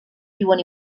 viuen